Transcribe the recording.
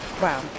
Wow